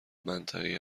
منطقی